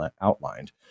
outlined